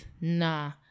Nah